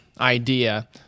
idea